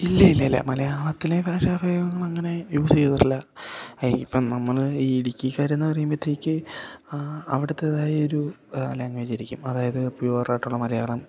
ഇല്ല ഇല്ല ഇല്ല മലയാളത്തിലെ ഭാഷഭേദങ്ങൾ അങ്ങനെ യൂസ് ചെയ്തട്ടില്ല എയ് ഇപ്പം നമ്മൾ ഈ ഇടുക്കിക്കാർ എന്ന് പറയുമ്പോഴത്തേക്ക് അവിടത്തേത് ആയൊരു ലാംഗ്വേജായിരിക്കും അതായത് പ്യുവറായിട്ടുള്ള മലയാളം